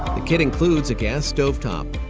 the kit includes a gas stovetop,